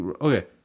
okay